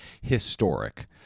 historic